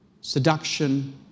seduction